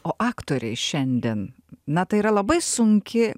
o aktoriai šiandien na tai yra labai sunki